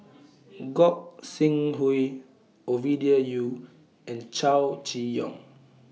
Gog Sing Hooi Ovidia Yu and Chow Chee Yong